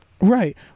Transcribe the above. right